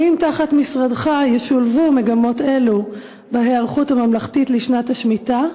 האם תחת משרדך ישולבו מגמות אלו בהיערכות הממלכתית לשנת השמיטה?